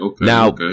Now